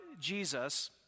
Jesus